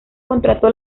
contrató